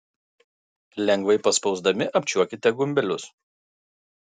lengvai paspausdami apčiuopkite gumbelius